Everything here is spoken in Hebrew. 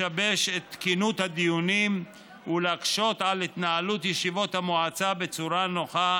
לשבש את תקינות הדיונים ולהקשות על התנהלות ישיבות המועצה בצורה נוחה,